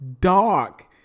dark